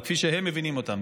אבל כפי שהם מבינים אותה.